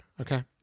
Okay